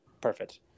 perfect